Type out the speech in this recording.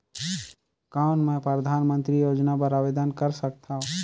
कौन मैं परधानमंतरी योजना बर आवेदन कर सकथव?